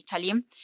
Italy